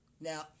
Now